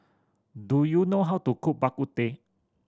do you know how to cook Bak Kut Teh